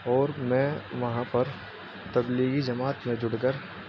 اور میں وہاں پر تبلیغی جماعت میں جڑ کر